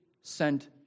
sent